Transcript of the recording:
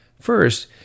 First